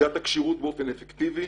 מדידת הכשירות באופן אפקטיבי,